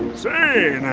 say,